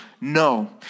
no